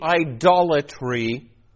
idolatry